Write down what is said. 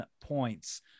points